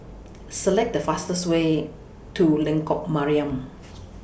Select The fastest Way to Lengkok Mariam